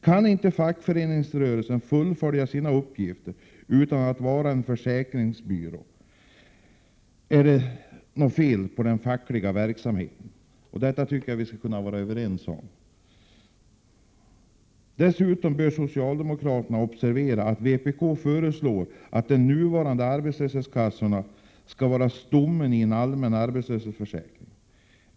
Kan inte en fackföreningsrörelse fullgöra sin uppgift utan att vara försäkringsbyrå, är det något fel på den fackliga verksamheten. Det borde vi kunna vara överens om. Dessutom bör socialdemokraterna observera att vpk föreslår att de nuvarande arbetslöshetskassorna skall vara stommen i en allmän arbetslöshetsförsäkring.